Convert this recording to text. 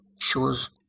shows